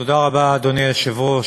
תודה רבה, אדוני היושב-ראש.